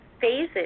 phases